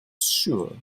sure